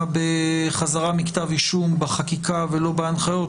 בחזרה מכתב אישום בחקיקה ולא בהנחיות,